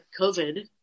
COVID